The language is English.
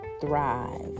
thrive